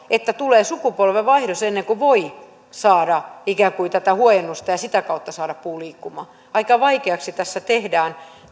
että tulee sukupolvenvaihdos ennen kuin voi saada ikään kuin tätä huojennusta ja sitä kautta saada puun liikkumaan aika vaikeaksi tässä tehdään